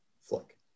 flick